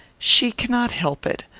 she cannot help it.